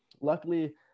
luckily